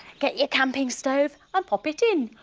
get your camping stove and pop it in